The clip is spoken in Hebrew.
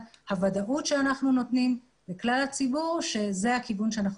הוודאות שאנחנו נותנים לכלל הציבור שזה הכיוון שאנחנו